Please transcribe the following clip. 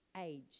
age